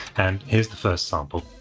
and here's the first sample.